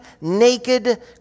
naked